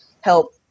help